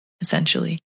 essentially